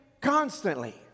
constantly